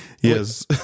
Yes